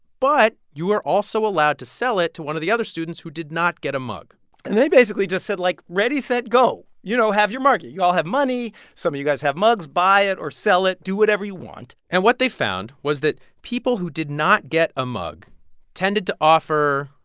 but you are also allowed to sell it to one of the other students who did not get a mug and they basically just said, like ready, set, go. you know, have your market. you all have money. some of you guys have mugs. buy it or sell it. do whatever you want and what they found was that people who did not get a mug tended to offer,